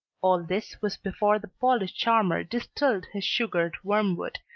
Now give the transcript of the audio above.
all this was before the polish charmer distilled his sugared wormwood,